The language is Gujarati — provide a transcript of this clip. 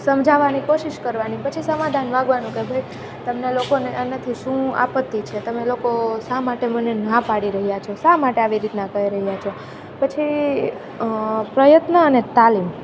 સમજાવાની કોશિશ કરવાની પછી સમાધાન માંગવાનું કે ભાઈ તમને લોકોને એનીથી શું આપત્તિ છે તમે લોકો શા માટે મને ના પાડી રહ્યા છો શા માટે આવી રીતના કહી રહ્યા છો પછી પ્રયત્ન અને તાલીમ